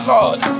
Lord